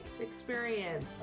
experience